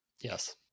Yes